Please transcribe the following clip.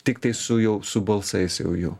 tiktai su jau su balsais jau jų